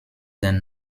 den